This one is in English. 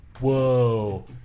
whoa